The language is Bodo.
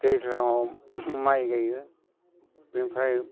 दैज्लाङाव माइ गायो बेनिफ्राय